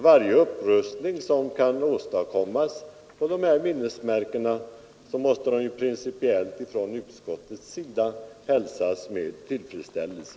Varje upprustning av våra minnesmärken måste av utskottet hälsas med tillfredsställelse.